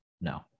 No